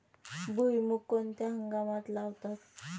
भुईमूग कोणत्या हंगामात लावतात?